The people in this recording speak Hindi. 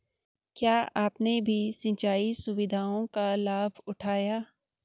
क्या आपने भी सिंचाई सुविधाओं का लाभ उठाया